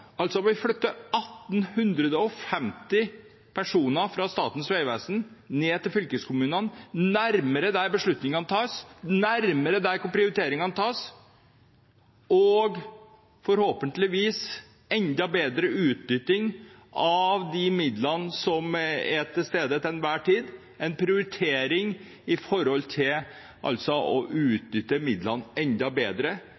altså 1 850 personer fra Statens vegvesen ned til fylkeskommunene, nærmere der beslutningene tas, nærmere der prioriteringene gjøres, noe som forhåpentligvis gir enda bedre utnyttelse av de midlene som til enhver tid er der. Dette er en prioritering for å utnytte midlene enda bedre til det de bør brukes til: å